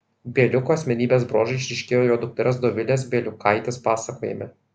bieliuko asmenybės bruožai išryškėjo jo dukters dovilės bieliukaitės pasakojime